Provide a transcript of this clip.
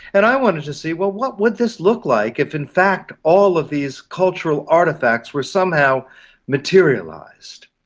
and i wanted to see, well, what would this look like if in fact all of these cultural artefacts were somehow materialised.